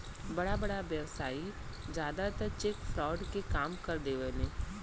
बड़ बड़ व्यवसायी जादातर चेक फ्रॉड के काम कर देवेने